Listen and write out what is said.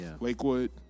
Lakewood